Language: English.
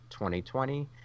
2020